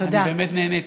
אני באמת נהנה.